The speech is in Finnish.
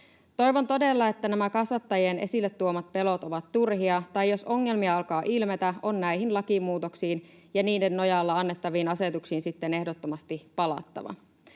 Toivon todella, että nämä kasvattajien esille tuomat pelot ovat turhia, tai jos ongelmia alkaa ilmetä, on näihin lakimuutoksiin ja niiden nojalla annettaviin asetuksiin sitten ehdottomasti palattava.